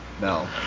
no